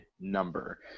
number